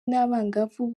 n’abangavu